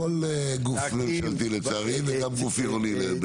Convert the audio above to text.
כל גוף ממשלתי לצערי, וגם גוף עירוני בדרך כלל.